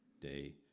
day